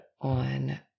on